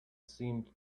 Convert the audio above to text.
seemed